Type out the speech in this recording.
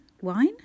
Wine